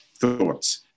thoughts